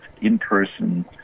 in-person